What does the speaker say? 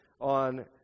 on